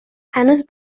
هنوز